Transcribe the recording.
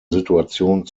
situation